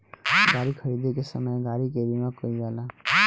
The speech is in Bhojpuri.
गाड़ी खरीदे के समय गाड़ी के बीमा कईल जाला